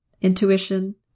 intuition